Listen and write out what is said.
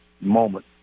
moment